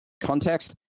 context